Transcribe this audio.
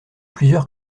plusieurs